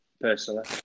Personally